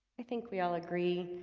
i think we all agree